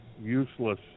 useless